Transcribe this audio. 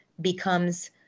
becomes